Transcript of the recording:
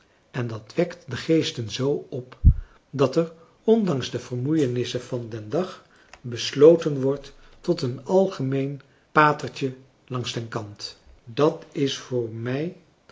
en dat wekt de geesten z op dat er ondanks de vermoeienissen van den dag besloten wordt tot een algemeen patertje langs den kant dat is voor mij